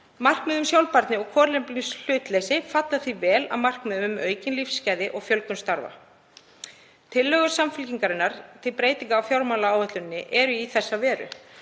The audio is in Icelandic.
Markmið um sjálfbærni og kolefnishlutleysi falla því vel að markmiðum um aukin lífsgæði og fjölgun starfa. Tillögur Samfylkingarinnar til breytinga á fjármálaáætluninni eru í þessa veru.